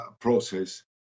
process